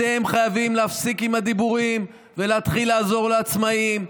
אתם חייבים להפסיק עם הדיבורים ולהתחיל לעזור לעצמאים.